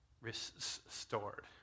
restored